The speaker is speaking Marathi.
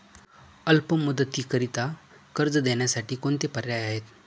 अल्प मुदतीकरीता कर्ज देण्यासाठी कोणते पर्याय आहेत?